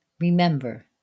Remember